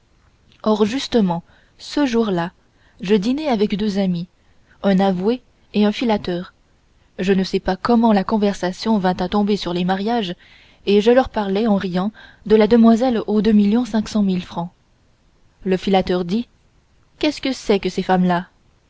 or justement ce jour-là je dînais avec deux amis un avoué et un filateur je ne sais comment la conversation vint à tomber sur les mariages et je leur parlai en riant de la demoiselle aux deux millions cinq cent mille francs le filateur dit qu'est-ce que c'est que ces femmes-là